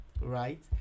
right